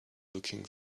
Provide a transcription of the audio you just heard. looking